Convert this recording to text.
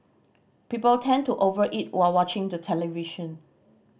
people tend to over eat while watching the television